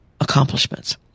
accomplishments